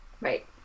Right